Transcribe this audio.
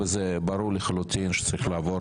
זה ברור לחלוטין שהחוק הזה צריך לעבור